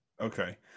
Okay